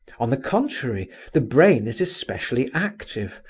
on the contrary, the brain is especially active,